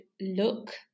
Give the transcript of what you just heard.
look